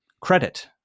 credit